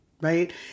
Right